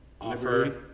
offer